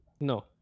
no